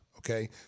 Okay